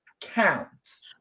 counts